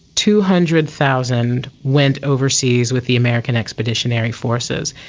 two hundred thousand went overseas with the american expeditionary forces,